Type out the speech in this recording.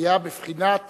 היה בבחינת